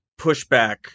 pushback